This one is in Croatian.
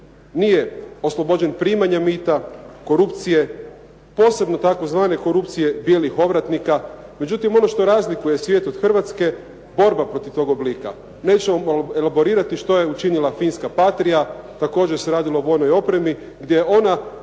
nije oslobođen primanja mita, korupcije, posebno tzv. korupcije bijelih ovratnika, međutim ono što razlikuje svijet od Hrvatske, borba protiv tog oblika. Nećemo elaborirati što je učinila finska Patria, također se radilo o vojnoj opremi gdje je ona